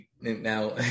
now